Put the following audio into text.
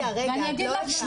אני אגיד לך.